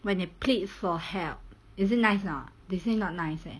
when they plead for help is it nice or not they say not nice leh